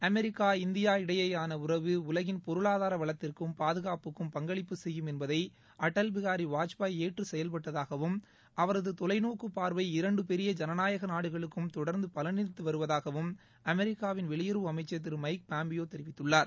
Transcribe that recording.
America India இடையேயான உறவு உலகின் பொருளாதார வளத்திற்கும் பாதுகாப்புக்கும் பங்களிப்பு செய்யும் என்பதை அடல் பிகாரி வாஜ்பாய் ஏற்று செயல்பட்டதாகவும் அவரது தொலைநோக்குப் பார்வை இரண்டு பெரிய ஜனநாயக நாடுகளுக்கும் தொடர்ந்து பலனளித்து வருவதாகவும் அமெரிக்காவின் வெளியுறவு அமைச்சர் திரு மைக் பாம்பியோ தெரிவித்துள்ளார்